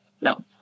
no